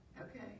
okay